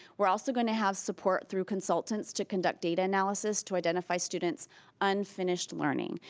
we're also gonna have support through consultants to conduct data analysis to identify students unfinished learning,